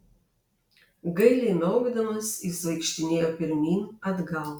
gailiai miaukdamas jis vaikštinėjo pirmyn atgal